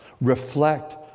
Reflect